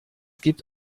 gibt